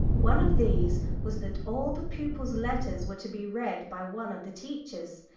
one of these was that all the pupils' letters were to be read by one of the teachers,